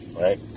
Right